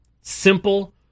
simple